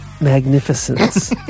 magnificence